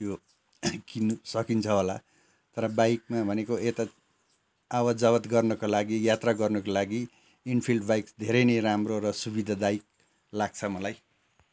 यो किन्नु सकिन्छ होला तर बाइकमा भनेको यता आवतजावत गर्नको लागि यात्रा गर्नको लागि इन्फिल्ड बाइक धेरै नै राम्रो र सुविधादायक लाग्छ मलाई